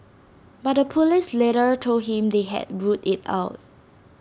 but the Police later told him they had ruled IT out